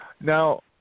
Now